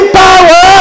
power